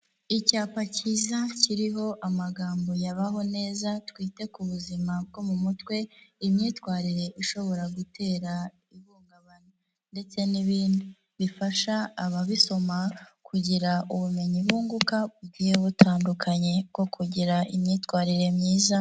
Icyapa cyiza kiriho amagambo yabaho neza, twite ku buzima bwo mu mutwe, imyitwarire ishobora gutera ihungabana ndetse n'indi, bifasha ababisoma kugira ubumenyi bunguka bugiye butandukanye bwo kugira imyitwarire myiza.